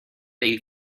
they